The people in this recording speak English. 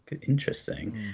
interesting